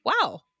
wow